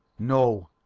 no!